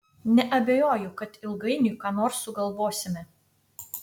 neabejoju kad ilgainiui ką nors sugalvosime